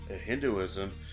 Hinduism